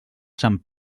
sant